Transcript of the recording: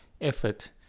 effort